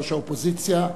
ראש האופוזיציה,